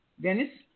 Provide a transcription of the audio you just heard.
Dennis